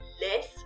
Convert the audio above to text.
less